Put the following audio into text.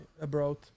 abroad